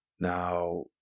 Now